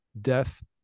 death